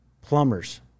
plumbers